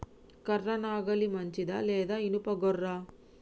కర్ర నాగలి మంచిదా లేదా? ఇనుప గొర్ర?